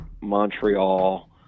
Montreal